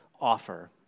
offer